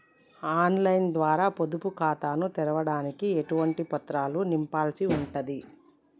On line ద్వారా పొదుపు ఖాతాను తెరవడానికి ఎటువంటి పత్రాలను నింపాల్సి ఉంటది?